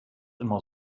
immer